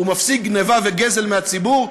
הוא מפסיק גנבה וגזל מהציבור,